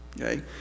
okay